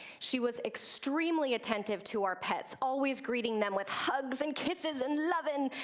she was extremely attentive to our pets, always greeting them with hugs and kisses, and loving,